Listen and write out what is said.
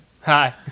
Hi